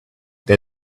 they